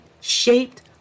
shaped